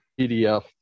PDF